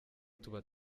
tuba